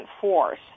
force